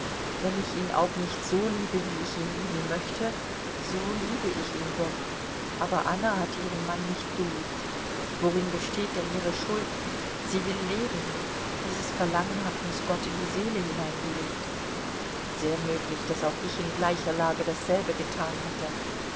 wenn ich ihn auch nicht so liebe wie ich ihn lieben möchte so liebe ich ihn doch aber anna hat ihren mann nicht geliebt worin besteht denn ihre schuld sie will leben dieses verlangen hat uns gott in die seele hineingelegt sehr möglich daß auch ich in gleicher lage dasselbe getan hätte